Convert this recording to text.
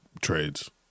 trades